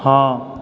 हॅं